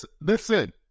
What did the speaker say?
listen